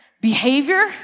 Behavior